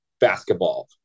basketball